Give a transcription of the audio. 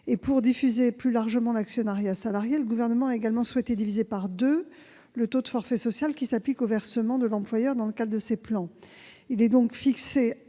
Pour diffuser plus largement l'actionnariat salarié, le Gouvernement a également souhaité diviser par deux le taux de forfait social qui s'applique au versement de l'employeur dans le cadre de ces plans. Celui-ci est donc fixé